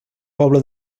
poble